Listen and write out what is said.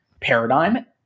paradigm